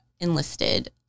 enlisted